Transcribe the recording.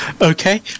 Okay